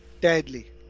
deadly